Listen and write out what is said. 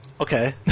Okay